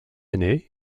ainé